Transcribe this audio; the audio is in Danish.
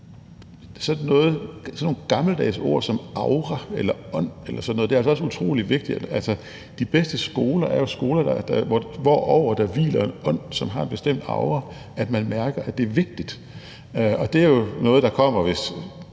sådan nogle gammeldags ord som aura eller ånd eller sådan noget. Det er altså også utrolig vigtigt. De bedste skoler er jo skoler, hvorover der hviler en ånd, som har en bestemt aura, nemlig at man mærker, at det er vigtigt. Det er jo noget, der kommer – i